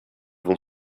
vont